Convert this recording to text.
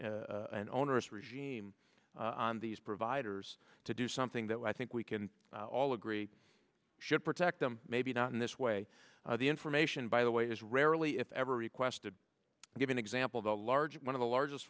this and onerous regime on these providers to do something that i think we can all agree should protect them maybe not in this way the information by the way is rarely if ever requested give an example of a large one of the largest